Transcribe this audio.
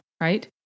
right